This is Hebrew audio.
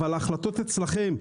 אבל ההחלטות הן אצלכם.